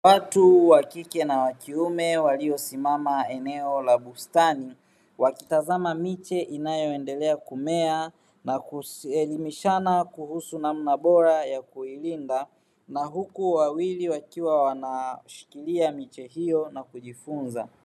Watu wakike na kiume waliosimama eneo la bustani wakitazama miche inayoendelea kumea na kuelimisha elimu kuhusu namna bora ya kuilinda, na huku wawili wakiwa wanashikilia miche hiyo na kujifunza.